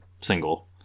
single